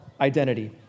identity